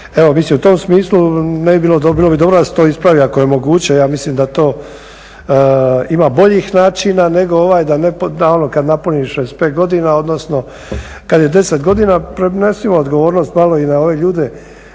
bilo dobro. Bilo bi dobro da se to ispravi ako je moguće. Ja mislim da to ima boljih načina nego ovaj, da ono kad napuniš 65 godina odnosno kad je 10 godina prenesimo odgovornost malo i na ove ljude,